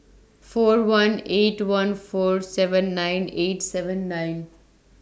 four one eight one four seven nine eight seven nine